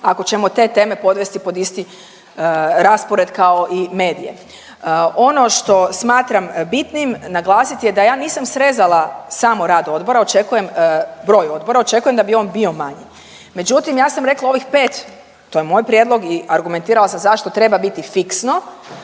ako ćemo te teme podvesti pod isti raspored kao i medije. Ono što smatram bitnim naglasit je da ja nisam srezala samo rad odbora, očekujem, broj odbora, očekujem da bi on bio manji. Međutim, ja sam rekla ovih 5, to je moj prijedlog i argumentirala sam zašto treba biti fiksno,